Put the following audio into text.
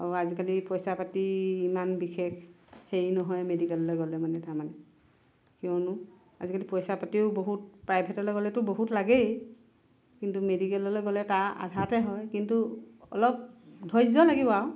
আৰু আজিকালি পইচা পাতি ইমান বিশেষ হেৰি নহয় মেডিকেললৈ গ'লে মানে তাৰমানে কিয়নো আজিকালি পইচা পাতিও বহুত প্ৰাইভেটলৈ গ'লেতো বহুত লাগেই কিন্তু মেডিকেললৈ গ'লে তাৰ আধাতে হয় কিন্তু অলপ ধৈৰ্য লাগিব আৰু